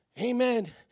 Amen